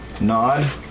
nod